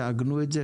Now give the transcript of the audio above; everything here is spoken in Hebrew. תעגנו את זה.